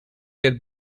get